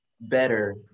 better